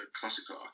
classical